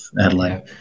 Adelaide